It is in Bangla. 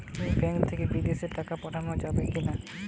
এই ব্যাঙ্ক থেকে বিদেশে টাকা পাঠানো যাবে কিনা?